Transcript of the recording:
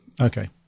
Okay